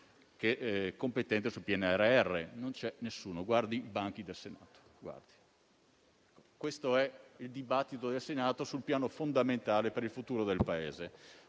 competente sul PNRR. Ma non c'è nessuno, e basta guardare i banchi del Governo. Questo è il dibattito del Senato sul piano fondamentale per il futuro del Paese: